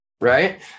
right